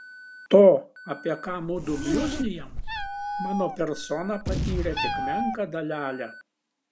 to apie ką mudu bliuznijam mano persona patyrė tik menką dalelę